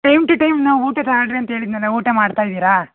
time to time ನಾವು ಊಟಕ್ಕೆ order ಅಂತ ಹೇಳಿದ್ನಲ್ಲ ಊಟ ಮಾಡ್ತಾ ಇದ್ದೀರಾ